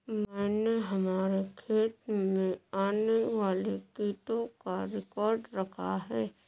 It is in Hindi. मैंने हमारे खेत में आने वाले कीटों का रिकॉर्ड रखा है